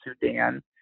Sudan